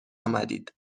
آمدید